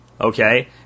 okay